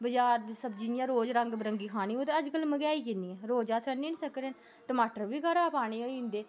बजार दी सब्ज़ी इ'यां रोज़ रंग बरंगी खानी ते अज्जकल मैहंगाई कि'न्नी ऐ रोज़ अस आनी निं सकने न टमाटर बी घरै दा पाने ई होई जंदे